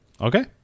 okay